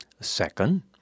Second